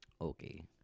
Okay